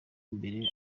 imbere